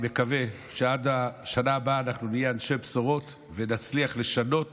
אני מקווה שעד השנה הבאה אנחנו נהיה אנשי בשורות ונצליח לשנות